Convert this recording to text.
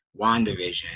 WandaVision